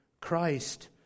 Christ